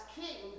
king